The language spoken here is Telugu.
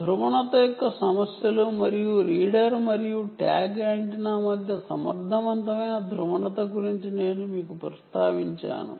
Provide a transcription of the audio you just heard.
పోలరైజెషన్ యొక్క సమస్యలు మరియు రీడర్ మరియు ట్యాగ్ యాంటెన్నా మధ్య సమర్థవంతమైన ధ్రువణత గురించి నేను మీకు ప్రస్తావించాను